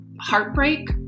heartbreak